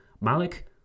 Malik